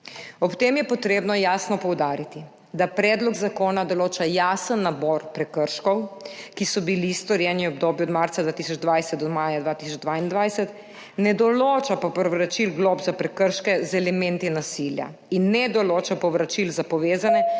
Ob tem je potrebno jasno poudariti, da predlog zakona določa jasen nabor prekrškov, ki so bili storjeni v obdobju od marca 2020 do maja 2022, ne določa pa povračil glob za prekrške z elementi nasilja in ne določa povračil za povezane